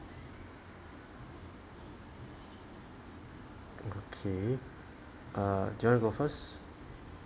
okay uh do you want to go first